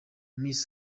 miss